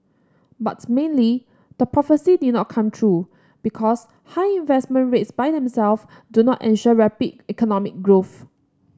but mainly the prophecy did not come true because high investment rates by them self do not ensure rapid economic growth